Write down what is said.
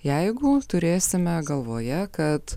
jeigu turėsime galvoje kad